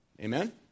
Amen